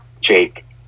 Jake